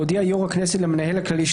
הודיע יושב ראש הכנסת למנהל הכללי של